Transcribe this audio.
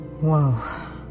whoa